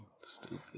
Stupid